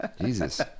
Jesus